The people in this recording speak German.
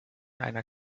einer